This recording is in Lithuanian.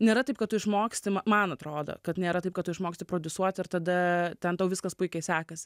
nėra taip kad tu išmoksti man atrodo kad nėra taip kad tu išmoksti prodiusuoti ir tada ten tau viskas puikiai sekasi